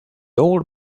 old